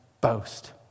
boast